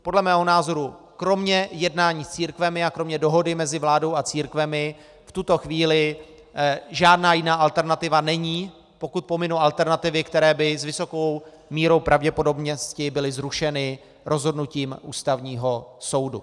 Podle mého názoru kromě jednání s církvemi a kromě dohody mezi vládou a církvemi v tuto chvíli žádná jiná alternativa není, pokud pominu alternativy, které by s vysokou mírou pravděpodobnosti byly zrušeny rozhodnutím Ústavního soudu.